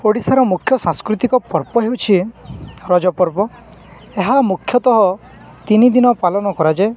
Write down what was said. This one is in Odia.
ଓଡ଼ିଶାର ମୁଖ୍ୟ ସାଂସ୍କୃତିକ ପର୍ବ ହେଉଛି ରଜ ପର୍ବ ଏହା ମୁଖ୍ୟତଃ ତିନି ଦିନ ପାଳନ କରାଯାଏ